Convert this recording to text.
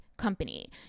company